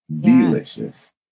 Delicious